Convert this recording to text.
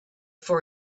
for